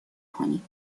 کنیم